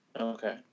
Okay